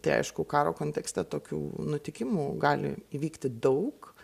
tai aišku karo kontekste tokių nutikimų gali įvykti daug